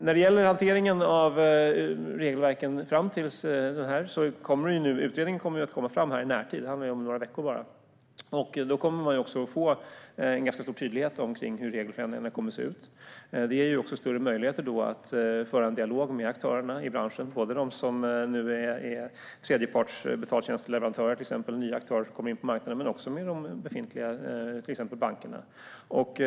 Så till hanteringen av regelverken fram till 2018. Utredningen kommer i närtid - det handlar om bara några veckor. Då kommer man också att få ganska stor tydlighet kring hur regelförändringarna kommer att se ut. Det ger också större möjligheter att föra en dialog med aktörerna i branschen, både med dem som nu är tredjepartsbetaltjänstleverantörer, till exempel nya aktörer som kommer in på marknaden, men också med de befintliga, som bankerna.